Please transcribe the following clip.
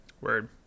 Word